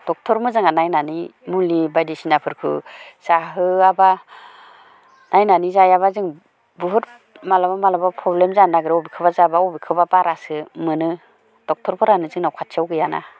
doctor मोजाङा नायनानै मुलि बायदिसिनाफोरखौ जाहोयाबा नायनानै जायाबा जों बहुत मालाबा मालाबा प्रब्लेम जानो नागिरो बबेखोबा जाबा बबेखोबा बारासो मोनो दक्ट'रफोरानो जोंनियाव खाथियाव गैया ना